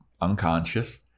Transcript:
unconscious